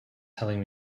telling